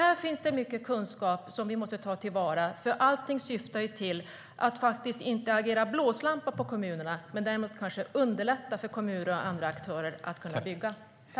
Här finns det mycket kunskap som vi måste ta till vara, för allt syftar till att kanske inte agera blåslampa på kommunerna men underlätta för kommuner och andra aktörer att kunna bygga.